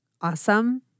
awesome